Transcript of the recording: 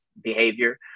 behavior